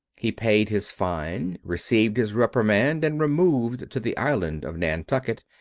he paid his fine, received his reprimand, and removed to the island of nantucket,